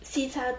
西餐